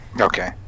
Okay